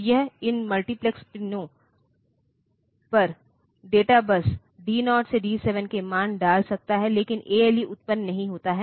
तो यह इन मल्टीप्लेक्स पिनों पर डेटा बस D 0 से D 7 का मान डाल सकता है लेकिन ALE उत्पन्न नहीं होता है